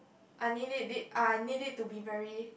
I need it deep I need it to be very